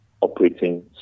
operating